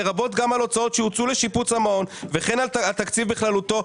לרבות גם על הוצאות שהוצאו לשיפוץ המעון וכן על התקציב בכללותו,